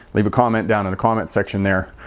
leave a comment down in the comment section there.